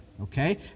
Okay